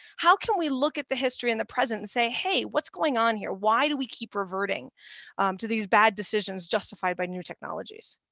how can we look at the history and the present and say, hey, what's going on here? why do we keep reverting to these bad decisions justified by new technologies?